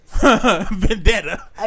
Vendetta